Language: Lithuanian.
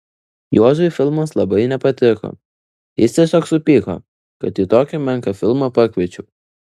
juozui filmas labai nepatiko jis tiesiog supyko kad į tokį menką filmą pakviečiau